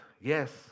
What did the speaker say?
yes